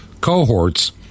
cohorts